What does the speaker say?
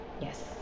Yes